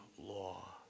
law